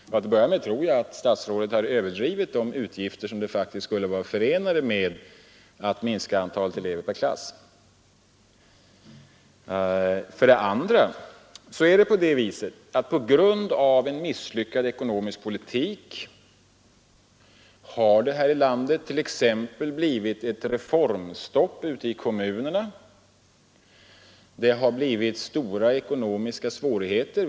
Ja, för det första tror jag att statsrådet överdrivit de utgifter som faktiskt skulle vara förenade med att minska antalet elever per klass. För det andra har det på grund av en misslyckad ekonomisk politik här i landet t.ex. blivit ett reformstopp ute i kommunerna. Det har blivit stora ekonomiska svårigheter över allt.